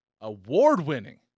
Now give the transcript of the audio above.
award-winning